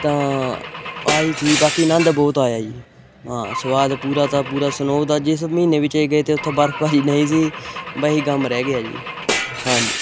ਤਾਂ ਆਹੀ ਸੀ ਬਾਕੀ ਅਨੰਦ ਬਹੁਤ ਆਇਆ ਜੀ ਹਾਂ ਸਵਾਦ ਪੂਰਾ ਤਾਂ ਪੂਰਾ ਸਨੋਅ ਦਾ ਜਿਸ ਮਹੀਨੇ ਵਿੱਚ ਅਸੀਂ ਗਏ ਤਾਂ ਉੱਥੇ ਬਰਫ਼ ਪਈ ਨਹੀਂ ਸੀ ਬਸ ਆਹ ਹੀ ਗਮ ਰਹਿ ਗਿਆ ਜੀ ਹਾਂਜੀ